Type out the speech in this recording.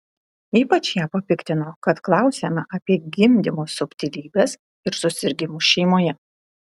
ypač ją papiktino kad klausiama apie gimdymo subtilybes ir susirgimus šeimoje